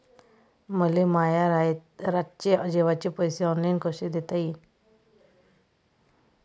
मले माया रातचे जेवाचे पैसे ऑनलाईन कसे देता येईन?